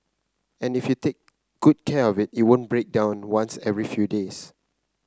and if you take good care of it it won't break down once every few days